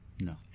no